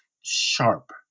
sharp